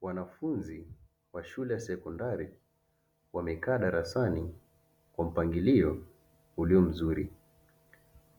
Wanafunzi wa shule ya sekondari wamekaa darasani wa mpangilio ulio mzuri,